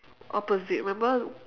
opposite remember